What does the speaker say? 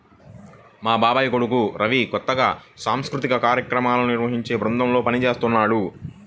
మా బాబాయ్ కొడుకు రవి కొత్తగా సాంస్కృతిక కార్యక్రమాలను నిర్వహించే బృందంలో పనిజేత్తన్నాడు